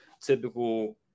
typical –